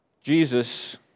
Jesus